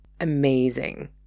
amazing